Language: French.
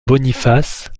boniface